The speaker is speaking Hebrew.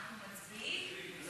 אנחנו מצביעים?